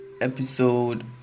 episode